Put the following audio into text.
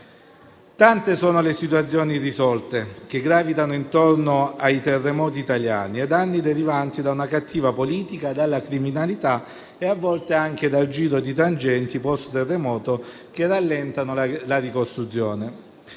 Tante sono le situazioni irrisolte che gravitano intorno ai terremoti italiani e tanti i danni derivanti da una cattiva politica, dalla criminalità e a volte anche dal giro di tangenti post-terremoto che rallentano la ricostruzione;